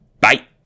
Bye